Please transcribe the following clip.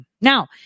Now